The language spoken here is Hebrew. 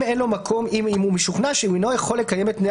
אם הוא משוכנע שהוא לא יכול לקיים את תנאי